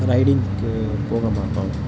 ரைடிங்க்கு போக மாட்டோம்